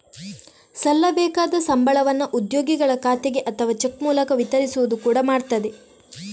ಸಲ್ಲಬೇಕಾದ ಸಂಬಳವನ್ನ ಉದ್ಯೋಗಿಗಳ ಖಾತೆಗೆ ಅಥವಾ ಚೆಕ್ ಮೂಲಕ ವಿತರಿಸುವುದು ಕೂಡಾ ಮಾಡ್ತದೆ